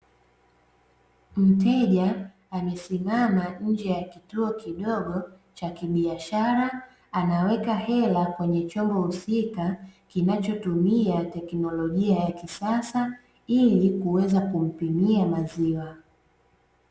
Mteja amesimama nje ya kituo kidogo cha kibiashara, anaweka hela kwenye chombo husika, kinachotumia teknolojia ya kisasa ili kuweza kumpimia maziwa.